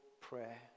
prayer